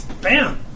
Bam